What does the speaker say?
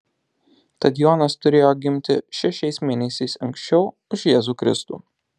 tad jonas turėjo gimti šešiais mėnesiais anksčiau už jėzų kristų